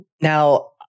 Now